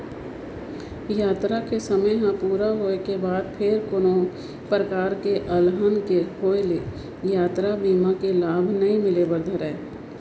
यातरा के समे ह पूरा होय के बाद फेर कोनो परकार ले अलहन के होय ले यातरा बीमा के लाभ नइ मिले बर धरय